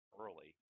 early